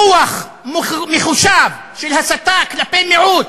מוח מחושב של הסתה כלפי מיעוט.